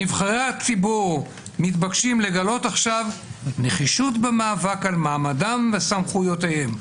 "נבחרי הציבור מתבקשים לגלות עכשיו נחישות במאבק על מעמדם וסמכויותיהם".